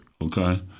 okay